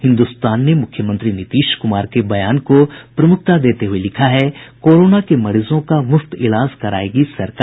हिन्दुस्तान ने मुख्यमंत्री नीतीश कुमार के बयान को प्रमुखता देते हुए लिखा है कोरोना के मरीजों का मुफ्त इलाज करायेगी सरकार